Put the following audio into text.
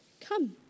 Come